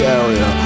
area